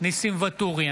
ניסים ואטורי,